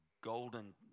golden